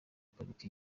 pariki